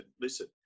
listen